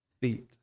feet